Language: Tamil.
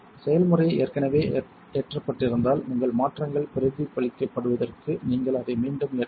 செயல்முறை ஏற்கனவே ஏற்றப்பட்டிருந்தால் உங்கள் மாற்றங்கள் பிரதிபலிக்கப்படுவதற்கு நீங்கள் அதை மீண்டும் ஏற்ற வேண்டும்